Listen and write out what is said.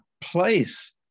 place